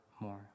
More